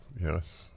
Yes